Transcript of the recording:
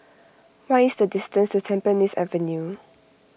what is the distance to Tampines Avenue